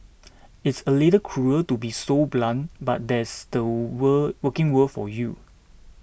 it's a little cruel to be so blunt but that's the were working world for you